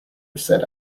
said